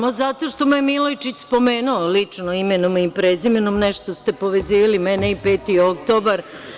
Samo zato što me Milojičić spomenuo lično imenom i prezimenom, nešto ste povezivali mene i 5. oktobar.